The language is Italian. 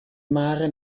mare